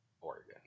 Oregon